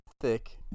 thick